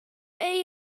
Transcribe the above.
ein